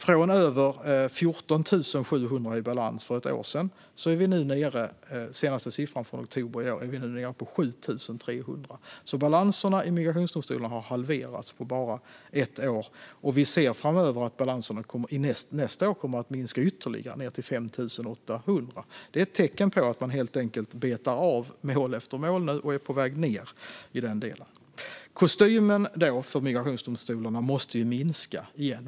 Från över 14 700 för ett år sedan är vi nu nere på 7 300, vilket är den senaste siffran från oktober i år. Balanserna i migrationsdomstolarna har alltså halverats på bara ett år, och vi ser att balanserna nästa år kommer att minska ytterligare till 5 800. Det är ett tecken på att man betar av mål efter mål och är på väg ned i den delen. Kostymen för migrationsdomstolarna måste alltså minska.